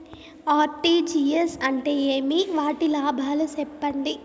RTGS అంటే ఏమి? వాటి లాభాలు సెప్పండి?